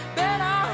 better